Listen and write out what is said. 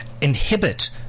inhibit